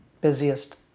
busiest